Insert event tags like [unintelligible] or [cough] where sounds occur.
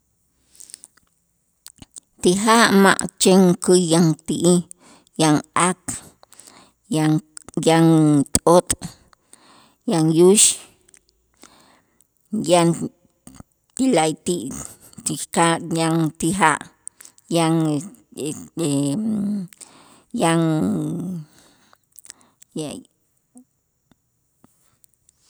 Ti ja' ma' chen käy yanti'ij yan aak, yan yan t'ot', yan xux yan ti la'ayti' [unintelligible] ti ka' yan ti ja' yan este yan ya